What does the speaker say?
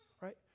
right